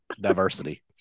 diversity